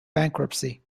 bankruptcy